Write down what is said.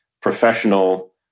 professional